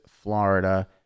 Florida